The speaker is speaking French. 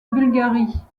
bulgarie